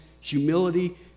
humility